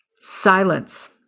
Silence